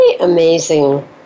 amazing